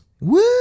Woo